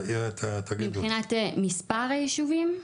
מבחינת מספר היישובים?